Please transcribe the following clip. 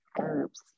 herbs